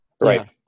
Right